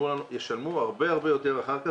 ישלמו הרבה הרבה יותר אחר כך.